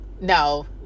no